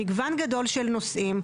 מגוןו גדול של נושאים,